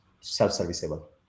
self-serviceable